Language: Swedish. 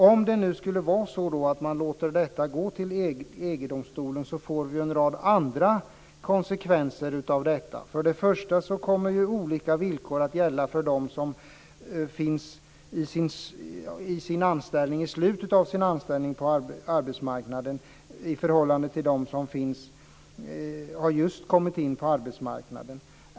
Om det nu skulle vara så att man låter detta gå till EG-domstolen, kommer det att bli en rad andra konsekvenser. För det första kommer olika villkor att gälla för dem som befinner sig i slutet av sin anställning på arbetsmarknaden i förhållande till dem som just har kommit in på arbetsmarknaden.